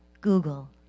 Google